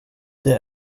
det